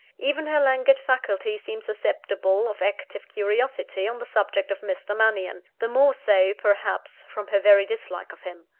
even her languid faculties seemed susceptible of active curiosity on the subject of mr. mannion the more so, perhaps, from her very dislike of him.